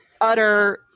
utter